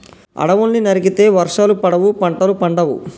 అడవుల్ని నరికితే వర్షాలు పడవు, పంటలు పండవు